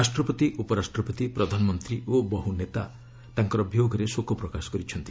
ରାଷ୍ଟ୍ରପତି ଉପରାଷ୍ଟ୍ରପତି ପ୍ରଧାନମନ୍ତ୍ରୀ ଓ ବହୁ ନେତା ତାଙ୍କର ବିୟୋଗରେ ଶୋକ ପ୍ରକାଶ କରିଛନ୍ତି